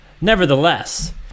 Nevertheless